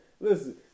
Listen